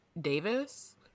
davis